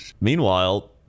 Meanwhile